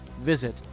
Visit